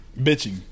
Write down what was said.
bitching